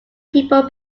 people